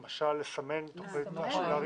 למשל, לסמן תוכנית להריסה.